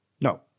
no